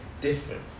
Different